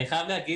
תודה.